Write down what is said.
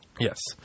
Yes